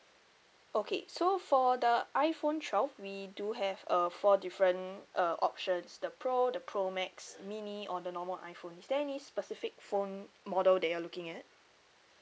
okay so for the iphone twelve we do have uh four different uh options the pro the pro max mini or the normal iphone is there any specific phone model that you're looking at